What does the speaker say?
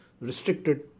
restricted